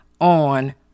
on